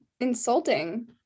Insulting